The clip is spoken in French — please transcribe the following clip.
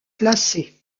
classé